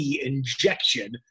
injection